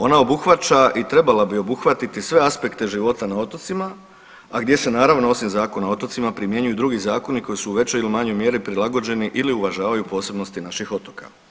Ona obuhvaća i trebala bi obuhvatiti sve aspekte života na otocima, a gdje se naravno osim Zakona o otocima primjenjuju i drugi zakoni koji su u većoj ili manjoj mjeri prilagođeni ili uvažavaju posebnosti naših otoka.